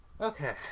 okay